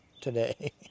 Today